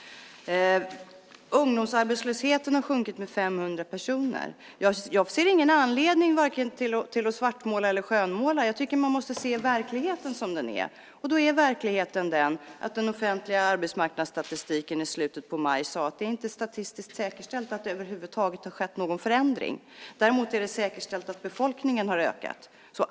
Ungdomsarbetslösheten har sjunkit med 500 personer. Jag ser ingen anledning att vare sig svartmåla eller skönmåla. Jag tycker att man måste se verkligheten som den är, och verkligheten är att den offentliga arbetslöshetsstatistiken i slutet av maj sade att det inte är statistiskt säkerställt att det över huvud taget har skett någon förändring. Däremot är det säkerställt att befolkningen har ökat.